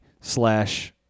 slash